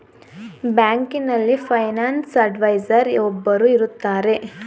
ಬ್ಯಾಂಕಿನಲ್ಲಿ finance adviser ಒಬ್ಬರು ಇರುತ್ತಾರೆ